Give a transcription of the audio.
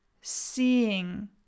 seeing